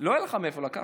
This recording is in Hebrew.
לא יהיה לך מאיפה לקחת